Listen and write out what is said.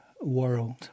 world